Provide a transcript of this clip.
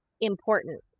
important